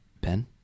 Ben